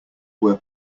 were